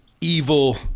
evil